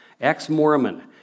ex-Mormon